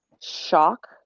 shock